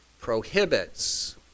prohibits